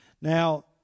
Now